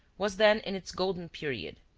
was then in its golden period.